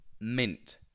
Mint